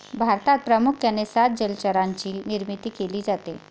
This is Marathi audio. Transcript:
भारतात प्रामुख्याने सात जलचरांची निर्मिती केली जाते